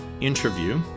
interview